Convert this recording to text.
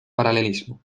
paralelismo